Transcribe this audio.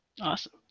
Awesome